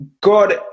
god